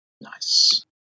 Nice